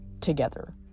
together